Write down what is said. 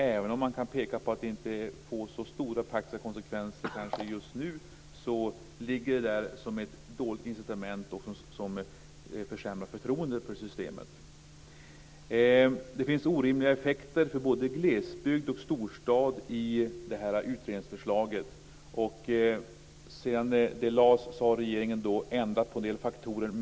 Även om man kan peka på att det kanske inte får så stora praktiska konsekvenser just nu ligger det där som ett dåligt incitament som försämrar förtroendet för systemet. Det finns orimliga effekter för både glesbygd och storstad i utredningsförslaget. Sedan det lades fram har regeringen ändrat på en del faktorer.